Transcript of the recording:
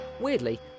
Weirdly